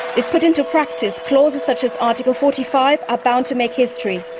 if put into practice, clauses such as article forty five are bound to make history.